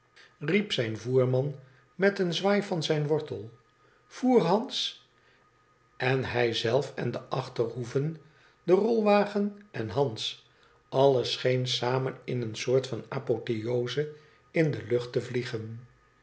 riep zijn voerman met een zwaai van zijn wortel i voer hans en hij zelf en de achterhoeven de rolwagen en hans alles scheen samen in een soort van apotheose in de luch te vliegen